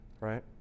right